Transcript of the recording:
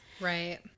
Right